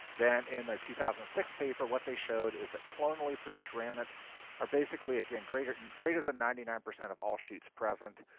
then in their two thousand and six paper, what they showed is that clonally produced ramets are basically, again, greater and greater than ninety nine percent of all shoots present.